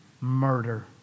Murder